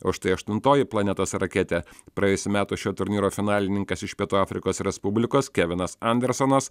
o štai aštuntoji planetos raketė praėjusių metų šio turnyro finalininkas iš pietų afrikos respublikos kevinas andersonas